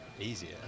easier